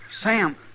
Sam